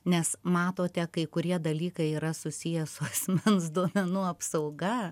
nes matote kai kurie dalykai yra susiję su asmens duomenų apsauga